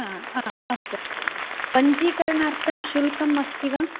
हा अ अस्तु पञ्जीकरणार्थं शुल्कम् अस्ति वा